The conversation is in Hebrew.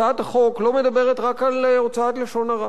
הצעת החוק לא מדברת רק על הוצאת לשון הרע.